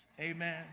Amen